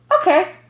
okay